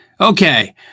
okay